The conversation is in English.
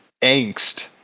angst